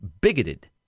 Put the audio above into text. bigoted